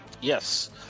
Yes